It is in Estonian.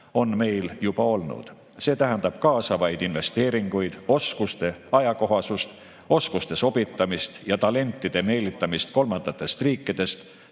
on meil juba olnud. See tähendab kaasavaid investeeringuid, oskuste ajakohasust, oskuste sobitamist ja talentide meelitamist kolmandatest riikidest